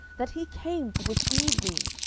that he came to deceive thee,